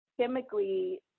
chemically